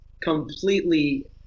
completely